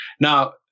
Now